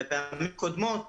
בפעמים קודמות